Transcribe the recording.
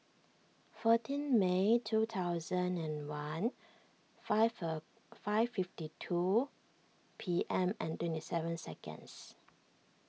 fourteen May two thousand and one five a five fifty two P M and twenty seven seconds